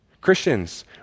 Christians